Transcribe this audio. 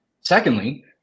Secondly